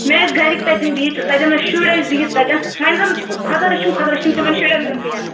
مےٚ ٲسۍ گَرِکۍ تَتٮ۪ن بِہِتھ تَتٮ۪ن ٲسۍ شُرۍ ٲسۍ بِہِتھ تَتٮ۪ن وۄنۍ زَن خۄدا رَچھِن خۄدا رچھِن تِمَن شُرٮ۪ن زَن پے یاو